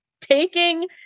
taking